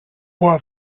woher